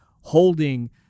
holding